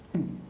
mm